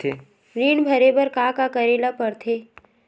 ऋण भरे बर का का करे ला परथे?